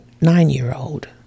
nine-year-old